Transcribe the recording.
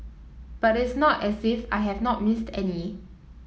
but it is not as if I have not missed any